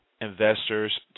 investors